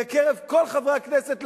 בקרב כל חברי הכנסת,